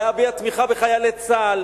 להביע תמיכה בחיילי צה"ל,